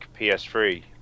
PS3